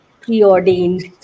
preordained